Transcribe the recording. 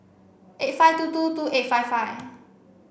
eight five two two two eight five five